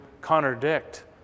contradict